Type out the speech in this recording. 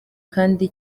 kandi